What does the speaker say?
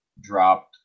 dropped